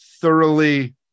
thoroughly